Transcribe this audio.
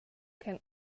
can